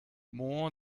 more